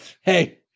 Hey